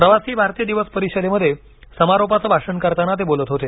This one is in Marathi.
प्रवासी भारतीय दिवस परिषदेमध्ये समारोपाचं भाषण करताना ते बोलत होते